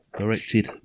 directed